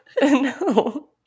No